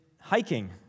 hiking